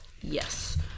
Yes